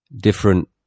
different